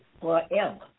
forever